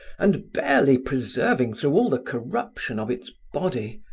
and barely preserving through all the corruption of its body,